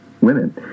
women